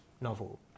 novel